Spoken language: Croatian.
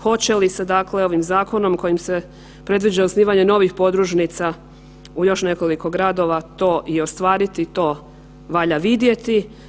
Hoće li se dakle ovim zakonom kojim se predviđa osnivanje novih podružnica u još nekoliko gradova to i ostvariti, to valja vidjeti.